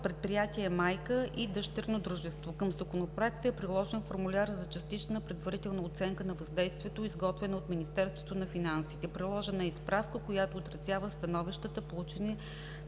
„предприятие-майка“ и „дъщерно дружество“. Към Законопроекта е приложен формуляр за частична предварителна оценка на въздействието, изготвена от Министерството на финансите. Приложена е и Справка, която отразява становищата, получени